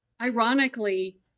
ironically